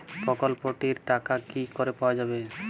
প্রকল্পটি র টাকা কি করে পাওয়া যাবে?